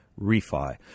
refi